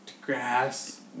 grass